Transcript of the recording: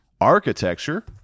architecture